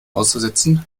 auszusetzen